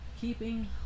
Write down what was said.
Keeping